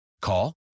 Call